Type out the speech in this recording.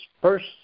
first